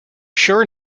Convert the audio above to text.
sure